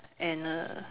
and uh